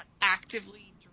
actively